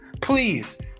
Please